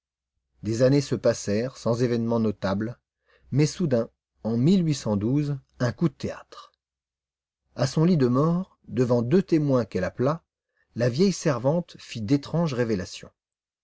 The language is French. des années se passèrent sans événement notable mais soudain en un coup de théâtre à son lit de mort devant deux témoins qu'elle appela la vieille servante fit d'étranges révélations